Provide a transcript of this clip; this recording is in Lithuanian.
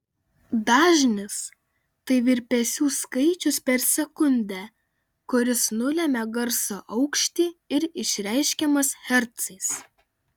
dažnis tai virpesių skaičius per sekundę kuris nulemia garso aukštį ir išreiškiamas hercais